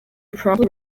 promptly